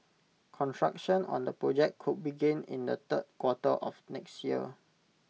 construction on the project could begin in the third quarter of next year